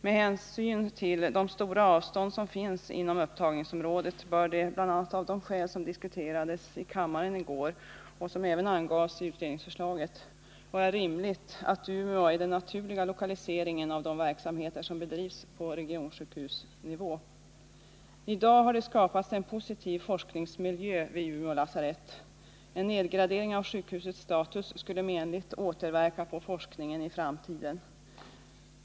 Med hänsyn till de enorma avstånd som finns inom upptagningsområdet bör det av bl.a. de skäl som diskuterades i kammaren i går — vilka även angavs i utredningsförslaget — vara rimligt att anse Umeå som den naturliga lokaliseringsorten för de verksamheter som bedrivs på regionsjukhusnivå. I dag har det skapats en positiv forskningsmiljö vid Umeå lasarett, men en nedgradering av sjukhusets status skulle negativt återverka på forskningen i framtiden.